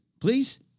please